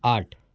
आठ